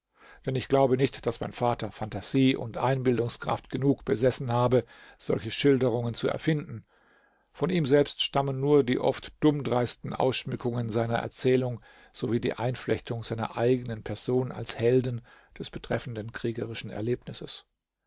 denn ich glaube nicht daß mein vater phantasie und einbildungskraft genug besessen habe solche schilderungen zu erfinden von ihm selbst stammen nur die oft dummdreisten ausschmückungen seiner erzählung sowie die einflechtung seiner eigenen person als helden des betreffenden kriegerischen erlebnisses